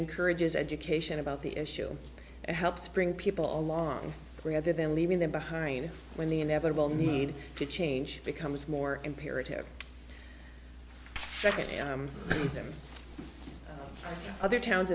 encourages education about the issue and helps bring people along rather than leaving them behind when the inevitable need to change becomes more imperative second reason other towns